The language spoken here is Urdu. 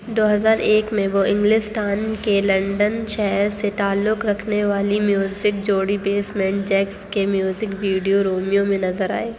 دو ہزار ایک میں وہ انگلستان کے لنڈن شہر سے تعلق رکھنے والی میوزک جوڑی بیسمنٹ جیکس کے میوزک ویڈیو رومیو میں نظر آئے